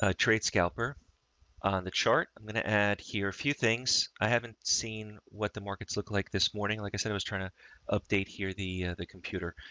ah trade scalper on the chart. i'm going to add here a few things. i haven't seen what the markets look like this morning. like i said, i was trying to update here the, the computer.